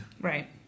Right